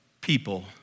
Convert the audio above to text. people